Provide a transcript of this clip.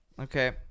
okay